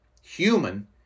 human